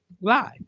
live